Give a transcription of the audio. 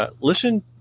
Listen